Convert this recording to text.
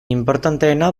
inportanteena